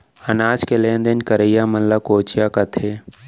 अनाज के लेन देन करइया मन ल कोंचिया कथें